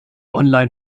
online